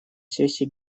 сессии